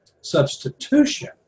Substitution